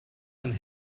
and